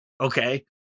okay